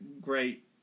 great